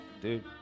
Dude